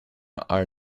are